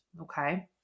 Okay